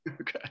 okay